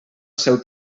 seu